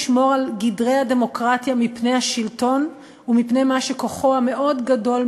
לשמור על גדרי הדמוקרטיה מפני השלטון ומפני מה שכוחו המאוד-גדול,